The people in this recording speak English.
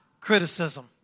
criticism